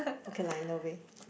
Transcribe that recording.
what kind I know where